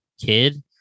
kid